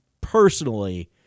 personally